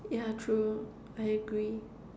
yeah true I agree